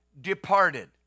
departed